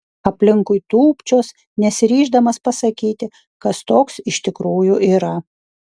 aplinkui tūpčios nesiryždamas pasakyti kas toks iš tikrųjų yra